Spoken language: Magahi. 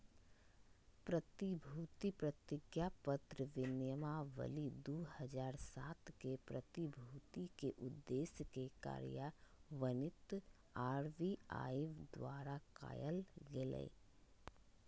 प्रतिभूति प्रतिज्ञापत्र विनियमावली दू हज़ार सात के, प्रतिभूति के उद्देश्य के कार्यान्वित आर.बी.आई द्वारा कायल गेलय